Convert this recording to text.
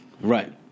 Right